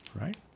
right